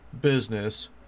business